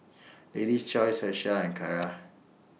Lady's Choice Herschel and Kara